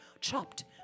chopped